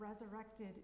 resurrected